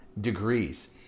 degrees